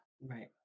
Right